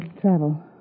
travel